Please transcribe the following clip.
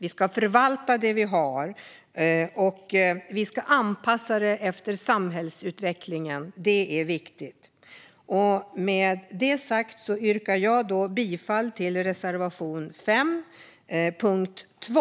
Vi ska förvalta det vi har och anpassa det efter samhällsutvecklingen. Detta är viktigt. Jag yrkar bifall till reservation 5 under punkt 2.